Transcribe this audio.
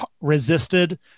resisted